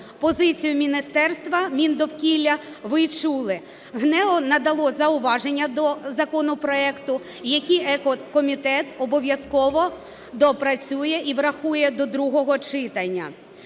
Позицію міністерства Міндовкілля ви чули. ГНЕУ надало зауваження до законопроекту, які екокомітет обов'язково доопрацює і врахує до другого читання.